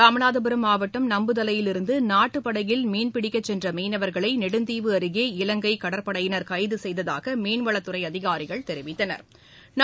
ராமநாதபுரம் மாவட்டம் நம்புத்தலையிலிருந்துநாட்டுப் படகில் மீன்பிடிக்கச் சென்றமீனவர்களை நெடுந்தீவு அருகே இலங்கைகடற்படையினா் கைதசெய்ததாகமீன்வளத்துறைஅதிகாரிகள் தெரிவித்தனா்